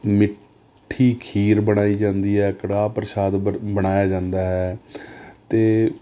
ਮਿੱਠੀ ਖੀਰ ਬਣਾਈ ਜਾਂਦੀ ਹੈ ਕੜਾਹ ਪ੍ਰਸ਼ਾਦ ਬਣ ਬਣਾਇਆ ਜਾਂਦਾ ਹੈ ਅਤੇ